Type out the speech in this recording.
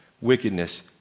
wickedness